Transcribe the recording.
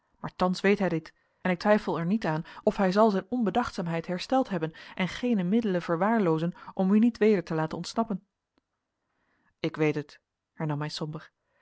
maar thans weet hij dit en ik twijfel er niet aan of hij zal zijn onbedachtzaamheid hersteld hebben en geene middelen verwaarloozen om u niet weder te laten ontsnappen ik weet het hernam hij